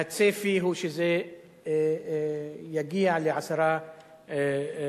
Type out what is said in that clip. והצפי הוא שזה יגיע ל-10 שקלים.